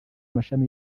amashami